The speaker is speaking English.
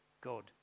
God